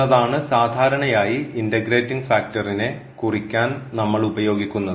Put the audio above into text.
എന്നതാണ് സാധാരണയായി ഇൻറഗ്രേറ്റിംഗ് ഫാക്ടർനെ കുറിക്കാൻ നമ്മൾ ഉപയോഗിക്കുന്നത്